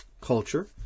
culture